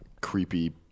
creepy